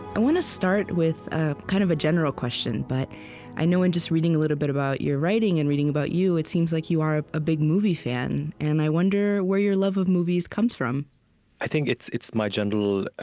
i want to start with ah kind of a general question, but i know, in just reading a little bit about your writing and reading about you, it seems like you are a big movie fan. and i wonder where your love of movies comes from i think it's it's my general